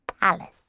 palace